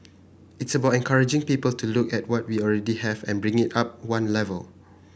it's about encouraging people to look at what we already have and bring it up one level